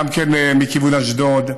גם מכיוון אשדוד,